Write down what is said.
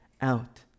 out